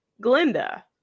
Glinda